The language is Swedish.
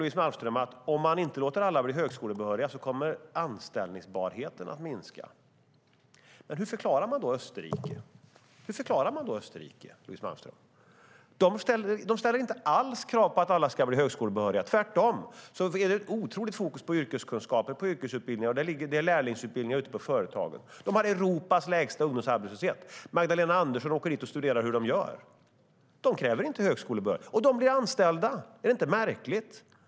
Louise Malmström säger: Om man inte låter alla bli högskolebehöriga kommer anställbarheten att minska. Hur förklarar ni då Österrike, Louise Malmström? De ställer inte alls krav på att alla ska bli högskolebehöriga, utan tvärtom är det ett otroligt fokus på yrkeskunskaper och yrkesutbildningar, och det är lärlingsutbildningar ute på företagen. De har Europas lägsta ungdomsarbetslöshet. Magdalena Andersson åker dit och studerar hur de gör. De kräver inte högskolebehörighet. Och de blir anställda! Är det inte märkligt?